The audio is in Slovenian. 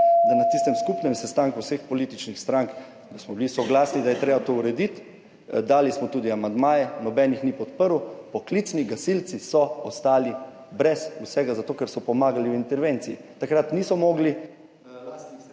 na tistem skupnem sestanku vseh političnih strank, soglasni, da je treba to urediti, dali smo tudi amandmaje, nihče jih ni podprl. Poklicni gasilci so ostali brez vsega, zato ker so pomagali v intervenciji. Takrat niso mogli …/ izklop